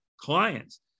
clients